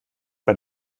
bei